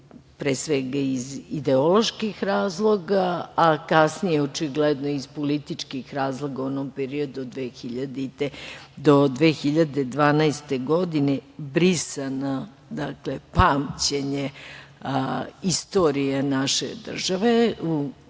pre svega, iz ideoloških razloga, a kasnije očigledno iz političkih razloga u onom periodu od 2000. do 2012. godine, brisano pamćenje istorije naše države u